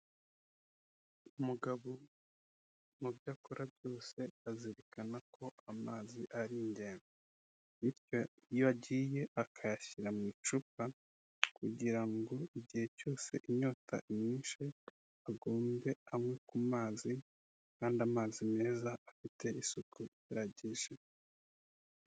Umugabo mu byo akora byose azirikana ko amazi ari ingenzi, bityo iyo agiye akayashyira mu icupa kugira ngo igihe cyose inyota imwishe agombe anywe ku mazi kandi amazi meza afite isuku ihagije.